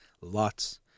lots